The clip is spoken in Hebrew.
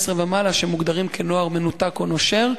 15 ומעלה שמוגדרים כנוער מנותק או נושר,